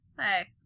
Hey